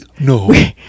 No